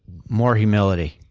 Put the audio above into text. more humility.